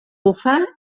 bufar